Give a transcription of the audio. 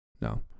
No